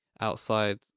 outside